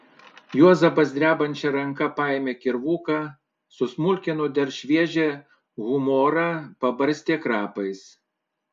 juozapas drebančia ranka paėmė kirvuką susmulkino dar šviežią humorą pabarstė krapais